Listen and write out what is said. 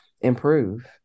improve